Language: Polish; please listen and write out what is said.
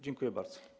Dziękuję bardzo.